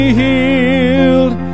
healed